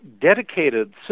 dedicated